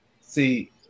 See